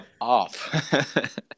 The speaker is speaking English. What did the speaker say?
off